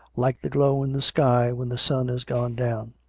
like the glow in the sky when the sun is gone down.